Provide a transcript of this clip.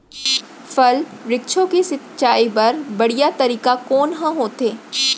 फल, वृक्षों के सिंचाई बर बढ़िया तरीका कोन ह होथे?